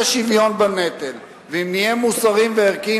שוויון בנטל ואם נהיה מוסריים וערכיים,